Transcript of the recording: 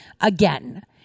again